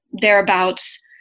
thereabouts